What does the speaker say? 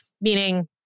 meaning